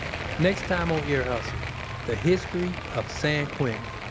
next time on ear hustle the history of san quentin,